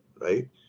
right